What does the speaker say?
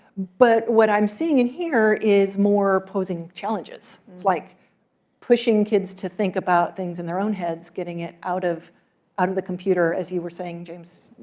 but what i'm seeing in here is more posing challenges. it's like pushing kids to think about things in their own heads, getting it out out of the computer, as you were saying, james,